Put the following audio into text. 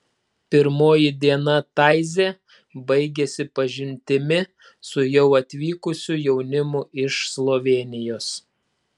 pirmoji diena taizė baigėsi pažintimi su jau atvykusiu jaunimu iš slovėnijos